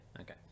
okay